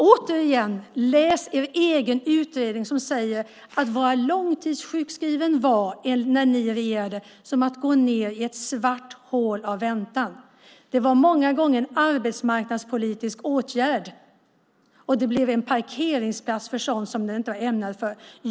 Återigen, läs er egen utredning som säger: Att vara långtidssjukskriven när ni regerade var som att gå ned i ett svart hål av väntan. Det var många gånger en arbetsmarknadspolitisk åtgärd. Det blev en parkeringsplats för sådant som det inte var ämnat för.